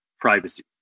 privacy